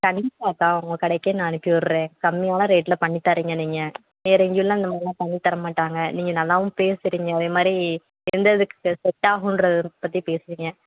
சரிங்க அக்கா உங்கள் கடைக்கே நான் அனுப்பி விட்றேன் கம்மியான ரேட்டில் பண்ணி தரீங்க நீங்கள் வேறு எங்கேயுல்லாம் இந்த மாதிரிலாம் பண்ணித் தரமாட்டாங்க நீங்கள் நல்லாவும் பேசுகிறீங்க அதே மாதிரி எந்த இதுக்கு இது செட்டாகுன்றதை பற்றி பேசுகிறீங்க